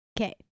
Okay